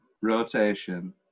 rotation